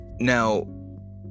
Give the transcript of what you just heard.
Now